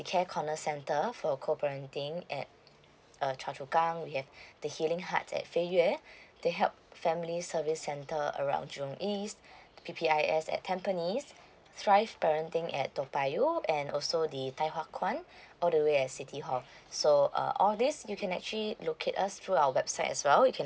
care corner center for cobrian team at err choa chu kang we have the healing heart at fei yue the help family service centre around jurong east P_P_I_S at tampines strive parenting at toa payoh and also the thye hua kwan all the way at city hall so uh all this you can actually locate us through our website as well you can